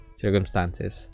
circumstances